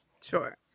Sure